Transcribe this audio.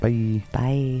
Bye